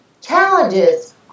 challenges